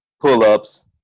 pull-ups